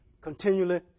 continually